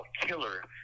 killer